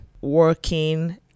working